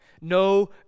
no